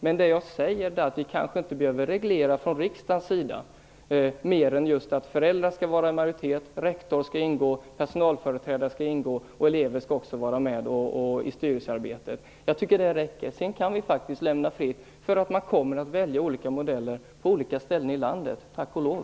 Men jag säger att vi kanske inte behöver reglera detta från riksdagens sida mer än genom att ange att föräldrar skall vara i majoritet, rektor skall ingå, personalföreträdare skall ingå, och elever skall också vara med i styrelsearbetet. Jag tycker att det räcker. Sedan kan vi faktiskt lämna fritt för att man kommer att välja olika modeller på olika ställen i landet - tack och lov.